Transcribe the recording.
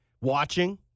watching